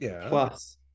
plus